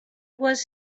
was